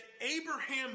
Abraham